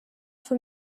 for